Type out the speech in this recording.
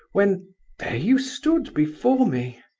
when there you stood before me!